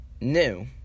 new